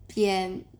P_M